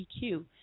EQ